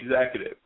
executive